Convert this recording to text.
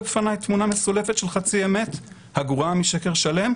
בפניי תמונה מסולפת של חצי אמת הגרועה משקר שלם,